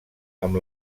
amb